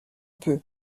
peu